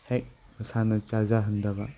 ꯍꯦꯛ ꯃꯁꯥꯅ ꯆꯥꯖꯍꯟꯗꯕ